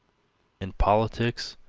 in politics,